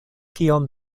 kiom